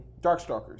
Darkstalkers